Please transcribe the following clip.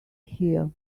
here